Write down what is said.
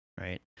right